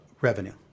revenue